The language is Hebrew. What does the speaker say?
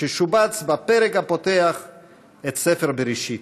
ששובץ בפרק הפותח את ספר בראשית: